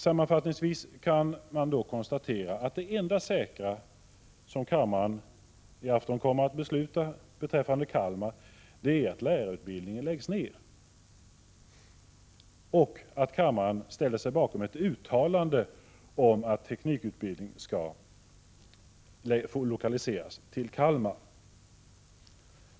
Sammanfattningsvis kan konstateras att det enda säkra som kammaren i afton kommer att besluta beträffande Kalmar är att lärarutbildningen läggs ned och att kammaren ställer sig bakom ett uttalande om att teknikutbildning skall lokaliseras till Kalmar.